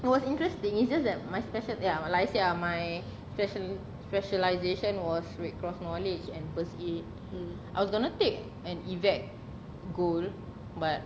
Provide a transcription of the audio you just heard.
it was interesting it's just that my special ya like I said lah are my speci~ specialisation was red cross knowledge and first aid I was gonna take an evac gold but